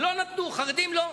ולא נתנו, לחרדים לא.